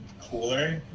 cooler